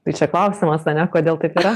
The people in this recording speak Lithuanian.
tai čia klausimas ane kodėl taip yra